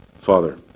Father